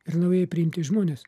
ir naujai priimti žmonės